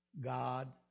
God